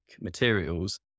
materials